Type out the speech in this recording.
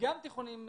גם תיכונים.